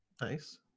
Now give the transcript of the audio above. nice